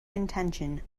intention